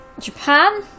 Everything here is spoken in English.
japan